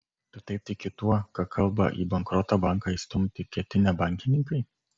tu taip tiki tuo ką kalba į bankrotą banką įstumti ketinę bankininkai